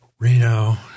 Reno